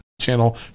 channel